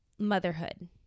motherhood